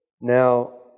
Now